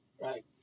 right